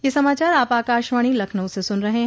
ब्रे क यह समाचार आप आकाशवाणी लखनऊ से सुन रहे हैं